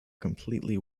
completely